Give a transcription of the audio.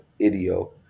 idio